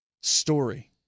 story